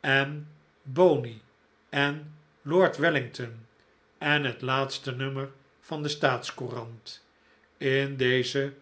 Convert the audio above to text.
en boney en lord wellington en het laatste nummer van de staatscourant in deze